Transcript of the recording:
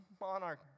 monarch